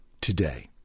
today